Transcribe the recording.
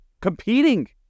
competing